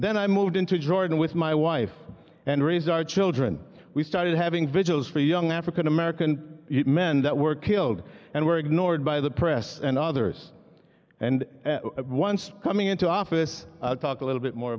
then i moved into jordan with my wife and raise our children we started having vigils for young african american men that were killed and were ignored by the press and others and once coming into office talk a little bit more